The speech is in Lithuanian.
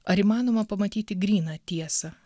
ar įmanoma pamatyti gryną tiesą